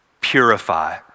Purify